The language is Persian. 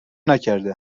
نکرده